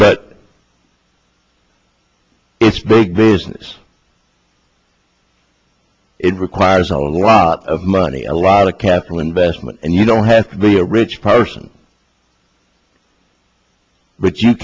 but it's big business it requires a lot of money a lot of careful investment and you don't have to be a rich person but you